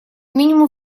минимум